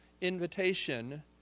invitation